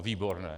Výborné!